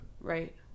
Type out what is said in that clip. Right